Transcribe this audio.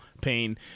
pain